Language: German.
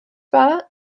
war